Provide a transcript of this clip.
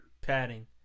padding